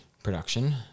Production